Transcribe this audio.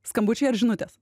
skambučiai ar žinutės